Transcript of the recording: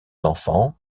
enfants